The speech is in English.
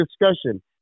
discussion